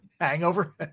Hangover